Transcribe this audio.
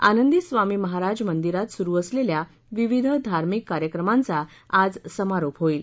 आनंदीस्वामी महाराज मंदिरात सुरु असलेल्या विविध धार्मिक कार्यक्रमांचा आज समारोप होईल